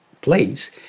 place